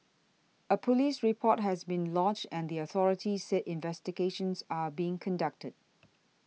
a police report has been lodged and the authorities said investigations are being conducted